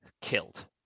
killed